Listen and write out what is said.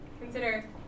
consider